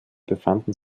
befanden